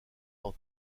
dans